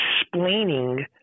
explaining